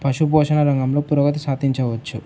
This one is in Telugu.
పశుపోషణ రంగంలో పురోగతి సాధించవచ్చు